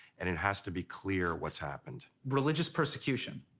and it has to be clear what's happened. religious persecution.